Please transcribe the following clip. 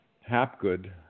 Hapgood